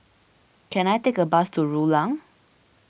can I take a bus to Rulang